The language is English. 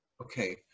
Okay